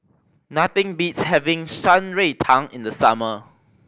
nothing beats having Shan Rui Tang in the summer